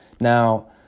Now